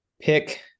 pick